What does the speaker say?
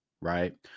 Right